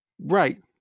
Right